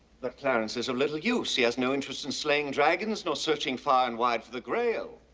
but clarence is of little use. he has no interest in slaying dragons, nor searching far and wide for the grail.